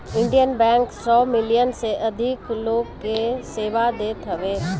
Indian bank सौ million से अधिक लोग के सेवा देत हवे